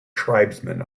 tribesmen